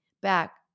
back